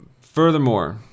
Furthermore